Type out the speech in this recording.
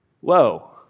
Whoa